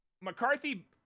McCarthy